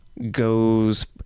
goes